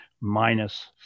minus